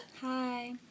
Hi